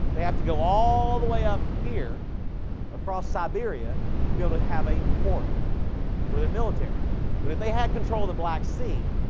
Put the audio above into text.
they have to go all the way up here across siberia to be able to have a port for their military but if they had control the black sea,